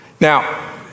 Now